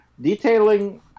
detailing